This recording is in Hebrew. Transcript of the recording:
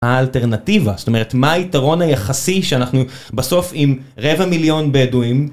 האלטרנטיבה, זאת אומרת, מה היתרון היחסי שאנחנו בסוף עם רבע מיליון בדואים?